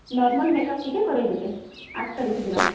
normal makeup ଟିକେ କରେଇ ଦେବେ ଆଠ ତାରିଖ ଦିନ